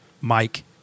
Mike